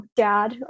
dad